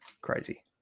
Crazy